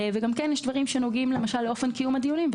יש גם דברים שנוגעים לאופן קיום הדיונים,